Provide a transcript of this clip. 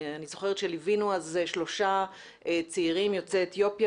אני זוכרת שליווינו אז שלושה צעירים יוצאי אתיופיה